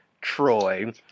troy